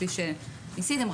כפי שניסיתם,